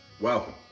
Welcome